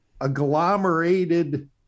agglomerated